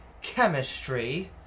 chemistry